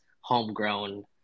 homegrown